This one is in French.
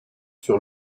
sur